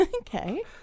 Okay